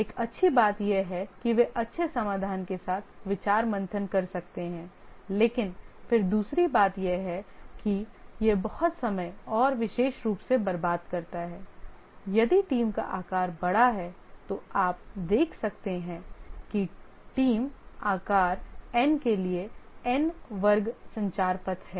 एक अच्छी बात यह है कि वे अच्छे समाधान के साथ विचार मंथन कर सकते हैं लेकिन फिर दूसरी बात यह है कि यह बहुत समय और विशेष रूप से बर्बाद करता है यदि टीम का आकार बड़ा है तो आप देख सकते हैं कि टीम आकार N के लिए N वर्ग संचार पथ हैं